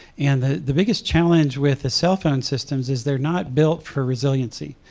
and the the biggest challenge with the cellphone systems is they are not built for resiliency.